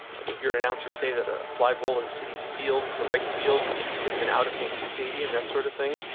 you'll hear an announcer, say that a fly bowl in citi field to right field would have been out of yankee stadium. that sort of thing.